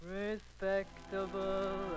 respectable